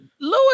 Lewis